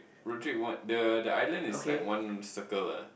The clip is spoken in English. road trip one the the island is like one circle ah